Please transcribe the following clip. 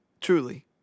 Truly